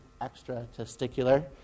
extratesticular